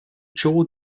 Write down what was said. çoğu